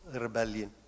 rebellion